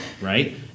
right